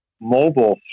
mobile